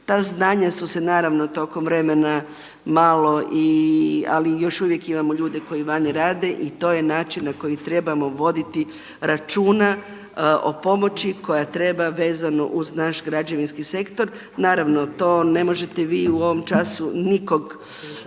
Ta znanja su se naravno tokom vremena malo i, ali još uvijek imamo ljude koji vani rade i to je način na koji trebamo voditi računa o pomoći koja treba vezano uz naš građevinski sektor. Naravno to ne možete vi u ovom času nikog,